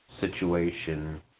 situation